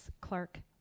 Clark